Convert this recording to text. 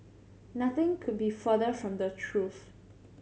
nothing could be further from the truth